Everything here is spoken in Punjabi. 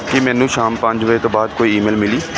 ਕੀ ਮੈਨੂੰ ਸ਼ਾਮ ਪੰਜ ਵਜੇ ਤੋਂ ਬਾਅਦ ਕੋਈ ਈਮੇਲ ਮਿਲੀ